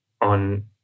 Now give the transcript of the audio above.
on